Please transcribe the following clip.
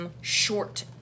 short